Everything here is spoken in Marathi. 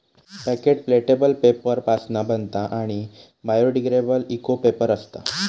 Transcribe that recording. पॅकेट प्लॅटेबल पेपर पासना बनता आणि बायोडिग्रेडेबल इको पेपर असता